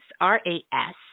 R-A-S